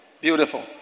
Beautiful